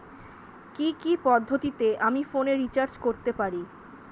কি কি পদ্ধতিতে আমি ফোনে রিচার্জ করতে পারি?